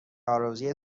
آرزوی